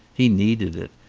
he needed it,